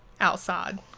outside